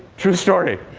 true story.